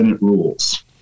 rules